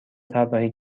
طراحی